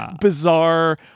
bizarre